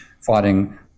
fighting